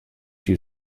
you